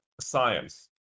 science